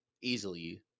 easily